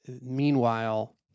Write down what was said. meanwhile